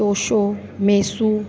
तोशो मेसू